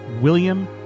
William